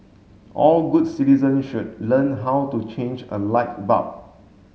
all good citizen should learn how to change a light bulb